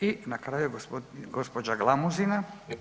I na kraju gospođa Glamuzina.